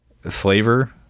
flavor